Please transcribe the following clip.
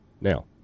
Now